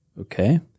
okay